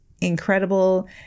incredible